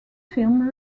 film